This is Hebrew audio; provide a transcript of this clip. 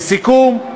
לסיכום,